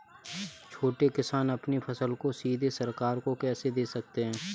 छोटे किसान अपनी फसल को सीधे सरकार को कैसे दे सकते हैं?